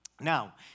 Now